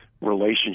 relationship